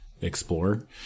explore